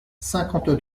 cinquante